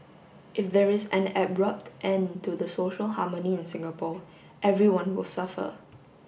if there is an abrupt end to the social harmony in Singapore everyone will suffer